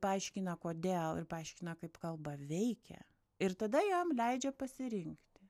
paaiškina kodėl ir paaiškina kaip kalba veikia ir tada jam leidžia pasirinkti